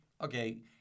okay